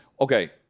Okay